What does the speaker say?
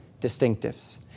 distinctives